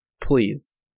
Please